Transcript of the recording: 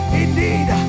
indeed